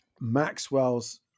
Maxwell's